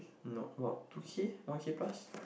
no about two K one K plus